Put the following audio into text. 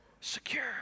Secure